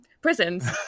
Prisons